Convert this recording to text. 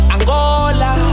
Angola